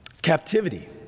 captivity